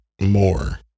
more